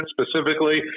specifically